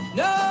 no